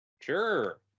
Sure